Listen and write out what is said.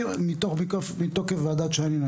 מתוקף ועדת שיינין,